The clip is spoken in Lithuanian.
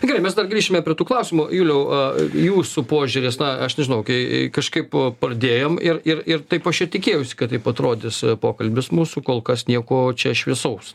gerai mes dar grįšime prie tų klausimų juliau jūsų požiūris na aš nežinau kai kažkaip pradėjom ir ir ir taip aš ir tikėjausi kad taip atrodys pokalbis mūsų kol kas nieko čia šviesaus